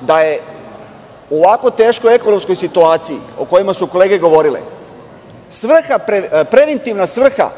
da je u ovako teškoj ekonomskoj situaciji, o kojoj su kolege govorile, svaka preventivna svrha